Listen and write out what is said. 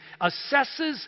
assesses